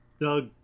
Doug